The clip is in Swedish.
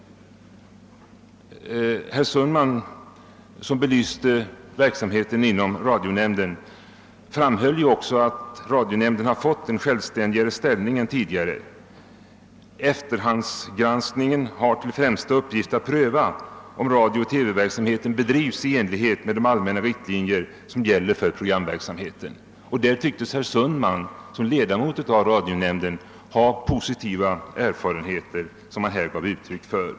Herr Sundman, som belyste verksamheten inom radionämnden, framhöll också att radionämnden fått en självständigare ställning än tidigare. Efterhandsgranskningen har till främsta uppgift att pröva om radiooch TV verksamheten bedrivs i enlighet med de allmänna riktlinjer som gäller för programverksamheten, och på den punkten tycktes herr Sundman som ledamot av radionämnden ha positiva erfarenheter.